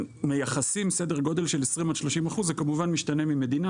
מייחסים סדר גודל של 30%-20% זה כמובן משתנה ממדינה,